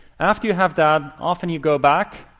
after you have that, often you go back.